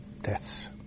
deaths